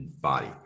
body